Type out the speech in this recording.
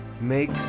Make